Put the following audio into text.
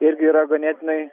irgi yra ganėtinai